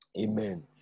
Amen